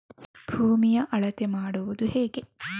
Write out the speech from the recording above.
ಭೂಮಿಯ ಅಳತೆ ಮಾಡುವುದು ಹೇಗೆ?